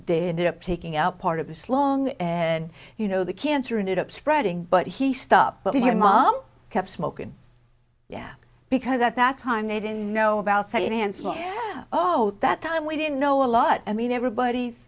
day ended up taking out part of this long and you know the cancer in it up spreading but he stopped but if your mom kept smoking yeah because that that's time they didn't know about second hand smoke oh that time we didn't know a lot i mean everybody